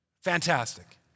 Fantastic